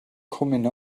coming